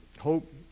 hope